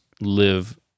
live